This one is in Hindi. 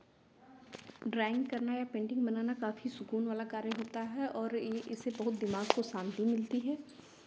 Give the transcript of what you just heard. ड्राइंग करना या पेंटिंग बनाना काफ़ी सुकून वाला कार्य होता है और इसे बहुत दिमाग को शान्ति मिलती है